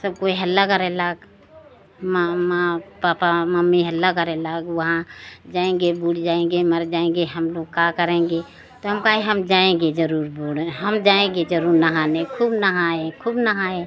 सब कोई हल्ला करने लगा मामा पापा मम्मी हल्ला करने लगे वहाँ जाएँगे बूड़ जाएँगे मर जाएँगे हम लोग क्या करेंगे तो हम कहे हम जाएँगे ज़रूर बूड़ने हम जाएँगे ज़रूर नहाने खूब नहाए खूब नहाए